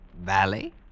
Valley